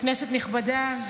כנסת נכבדה,